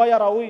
לא היה ראוי,